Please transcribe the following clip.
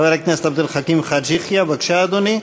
חבר הכנסת עבד אל חכים חאג' יחיא, בבקשה, אדוני,